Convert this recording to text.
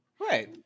Right